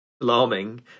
alarming